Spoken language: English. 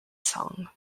song